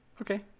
Okay